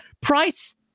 price